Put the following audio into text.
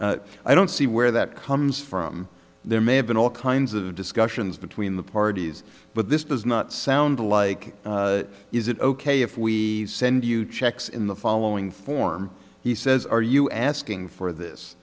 dollars i don't see where that comes from there may have been all kinds of discussions between the parties but this does not sound like is it ok if we send you checks in the following form he says are you asking for this